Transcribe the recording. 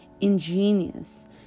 ingenious